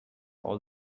all